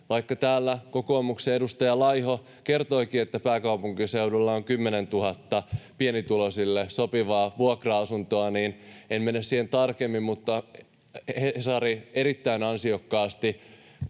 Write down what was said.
vaikka täällä kokoomuksen edustaja Laiho kertoikin, että pääkaupunkiseudulla on 10 000 pienituloisille sopivaa vuokra-asuntoa. En mene siihen tarkemmin, mutta Hesari erittäin ansiokkaasti